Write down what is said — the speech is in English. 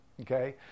okay